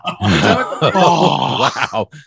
Wow